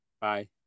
Bye